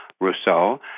Rousseau